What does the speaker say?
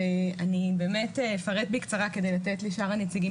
אני אפרט בקצרה כדי לתת לשאר הנציגים